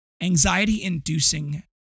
anxiety-inducing